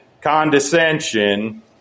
condescension